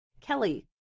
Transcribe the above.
Kelly